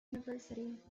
university